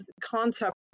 concept